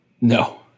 No